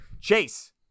Chase